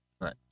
Right